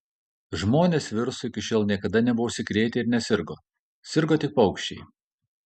žmonės virusu iki šiol niekada nebuvo užsikrėtę ir nesirgo sirgo tik paukščiai